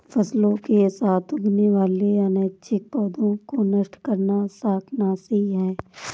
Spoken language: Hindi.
फसलों के साथ उगने वाले अनैच्छिक पौधों को नष्ट करना शाकनाशी है